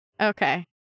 Okay